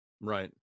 Right